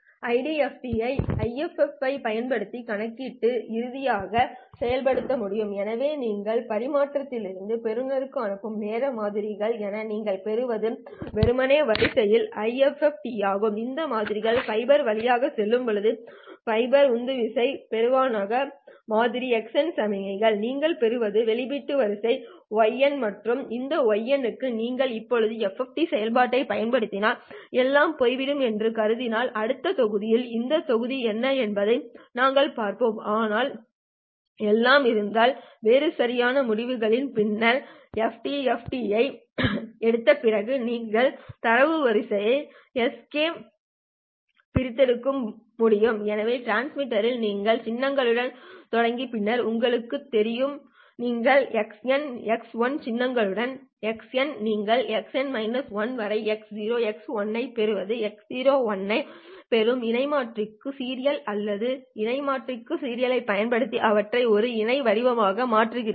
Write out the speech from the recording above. IDFT ஐ IFFT யைப் பயன்படுத்தி கணக்கீட்டு ரீதியாக செயல்படுத்த முடியும் எனவே நீங்கள் பரிமாற்றத்திலிருந்து பெறுநருக்கு அனுப்பும் நேர மாதிரிகள் என நீங்கள் பெறுவது வெறுமனே வரிசையின் IFFT ஆகும் இந்த மாதிரிகள் ஃபைபர் வழியாகச் செல்லும்போது ஃபைபர் உந்துவிசை பொறுப்பான மாதிரிகள் x சமிக்ஞைகள் நீங்கள் பெறுவது வெளியீடுகள் வரிசை y மற்றும் இந்த y க்கு நீங்கள் இப்போது FFT செயல்பாட்டைப் பயன்படுத்தினால் எல்லாம் போய்விட்டது என்று கருதினால் அடுத்த தொகுதியில் அந்த தொகுதி என்ன என்பதை நாங்கள் பார்ப்போம் ஆனால் எல்லாம் இருந்தால் வேறு சரியாகச் செல்கிறது பின்னர் எஃப்எஃப்டியை எடுத்த பிறகு நீங்கள் தரவு வரிசையை எக்ஸ் கே பிரித்தெடுக்க முடியும் எனவே டிரான்ஸ்மிட்டரில் நீங்கள் சின்னங்களுடன் தொடங்கி பின்னர் உங்களுக்குத் தெரியும் நீங்கள் எக்ஸ்என் எக்ஸ் 1 சின்னங்களுடன் எக்ஸ்என் 1 நீங்கள் Xn 1 வரை X0 X1 ஐப் பெறும் X0 X1 ஐப் பெறும் இணை மாற்றிக்கு சீரியல் அல்லது இணை மாற்றிக்கு சீரியலைப் பயன்படுத்தி அவற்றை ஒரு இணை வடிவமாக மாற்றுகிறீர்கள்